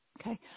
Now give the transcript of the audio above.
Okay